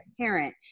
parent